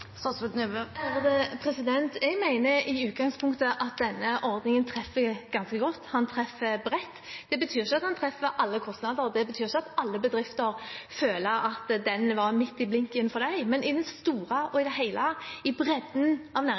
Jeg mener i utgangspunktet at denne ordningen treffer ganske godt og bredt. Det betyr ikke at den treffer alle kostnader, og det betyr ikke at alle bedrifter føler at den var midt i blinken for dem. Men i det store og det hele, for bredden i næringslivet vårt, har denne ordningen vært en god ordning i